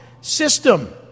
system